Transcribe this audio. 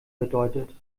bedeutet